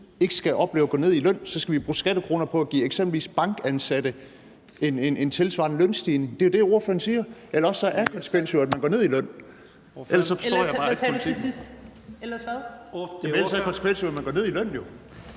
ikke skal opleve at gå ned i løn? Skal vi så bruge skattekroner på at give eksempelvis bankansatte en tilsvarende lønstigning? Det er jo det, ordføreren siger. Eller også er konsekvensen, at man går ned i løn. Ellers forstår jeg bare ikke politikken. Kl. 21:02 Første næstformand (Leif